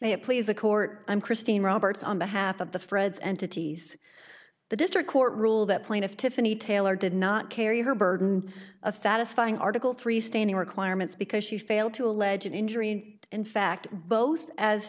the court i'm christine roberts on behalf of the freds entities the district court ruled that plaintiff tiffany taylor did not carry her burden of satisfying article three standing requirements because she failed to allege an injury and in fact both as